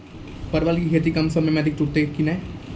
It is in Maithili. परवल की खेती कम समय मे अधिक टूटते की ने?